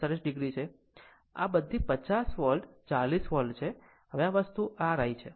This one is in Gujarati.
ખૂણો 45 o છે આ બધી 50 વોલ્ટ 40 વોલ્ટ છે આ વસ્તુ હવે તે R I છે